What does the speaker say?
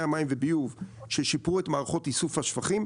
המים וביוב ששיפרו את מערכות איסוף השפכים,